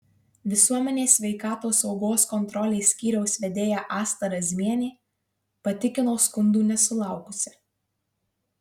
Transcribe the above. visuomenės sveikatos saugos kontrolės skyriaus vedėja asta razmienė patikino skundų nesulaukusi